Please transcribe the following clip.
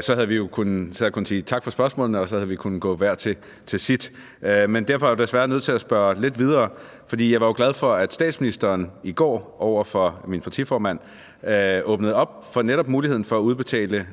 Så havde vi jo kunnet sige tak for spørgsmålene og havde kunnet gå hver til sit. Men derfor er jeg jo desværre nødt til at spørge lidt videre. Jeg var jo glad for, at statsministeren i går over for min partiformand åbnede op for netop muligheden for at udbetale